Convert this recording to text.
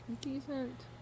decent